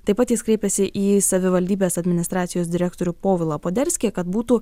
taip pat jis kreipėsi į savivaldybės administracijos direktorių povilą poderskį kad būtų